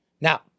Now